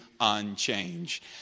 unchanged